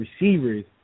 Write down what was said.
receivers